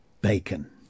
bacon